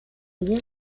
lien